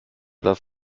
das